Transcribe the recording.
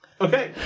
Okay